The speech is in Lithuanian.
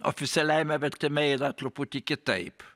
oficialiajame vertime yra truputį kitaip